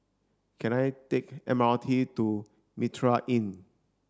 can I take M R T to Mitraa Inn